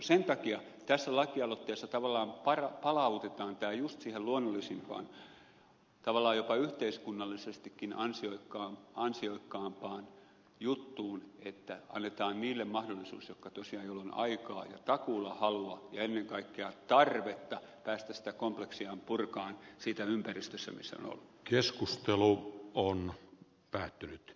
sen takia tässä lakialoitteessa tavallaan palautetaan tämä just siihen luonnollisimpaan tavallaan jopa yhteiskunnallisestikin ansioikkaampaan juttuun että annetaan niille mahdollisuus joilla on aikaa ja takuulla halua ja ennen kaikkea tarvetta päästä purkamaan sitä kompleksiaan siitä ympäristöstä missä on ollut